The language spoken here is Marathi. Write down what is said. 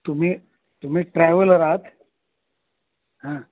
तुम्ही तुम्ही ट्रॅव्हलर आहात हां